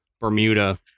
Bermuda